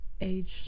age